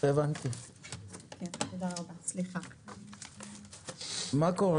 "..היה